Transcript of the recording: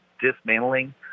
dismantling